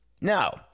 No